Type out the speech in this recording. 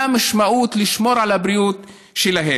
מה המשמעות של לשמור על הבריאות שלהם.